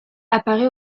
apparaît